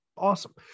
Awesome